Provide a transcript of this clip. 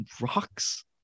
rocks